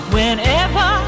Whenever